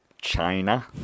China